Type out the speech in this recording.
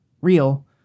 real